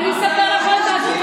אז אני אספר לך עוד משהו,